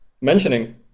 mentioning